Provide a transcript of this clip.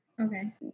Okay